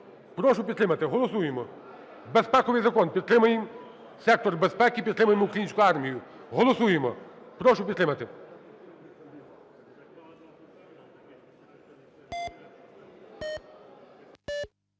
Прошу підтримати. Голосуємо.Безпековий закон, підтримаємо сектор безпеки, підтримаємо українську армію. Голосуємо. Прошу підтримати.